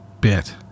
bit